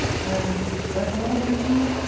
and is that all you do?